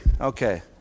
okay